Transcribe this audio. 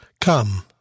Come